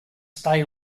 stay